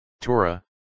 Torah